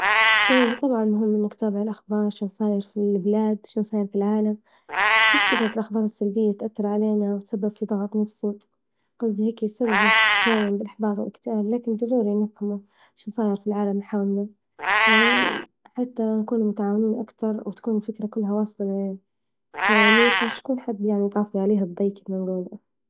ايه طبعا مهم إنك تتابع الأخبار، شو صاير، شو صاير في البلاد، شو صار في العالي، شو صاير في العالم، صح كثرة الاخبار السلبية تأثر علينا وتسبب في ضغط هيك يسبب أحيانا بالاحباط والاكتئاب لكن جذور العالم لحالنا حتى نكون متعاونيين أكثر، وتكون الفكرة كلها ليك مش كل حد يعني ترفي علية يديقك من جوه.